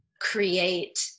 create